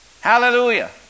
Hallelujah